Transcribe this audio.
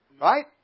Right